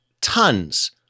tons